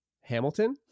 Hamilton